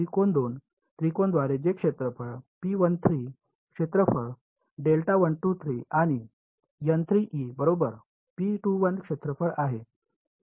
त्रिकोण 2 त्रिकोणाद्वारे जे क्षेत्रफळ क्षेत्रफळ आणि बरोबर क्षेत्रफळ आहे